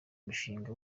mushinga